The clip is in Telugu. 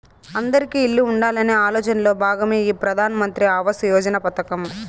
అందిరికీ ఇల్లు ఉండాలనే ఆలోచనలో భాగమే ఈ ప్రధాన్ మంత్రి ఆవాస్ యోజన పథకం